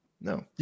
No